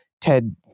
Ted